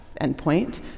endpoint